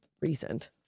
recent